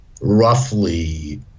roughly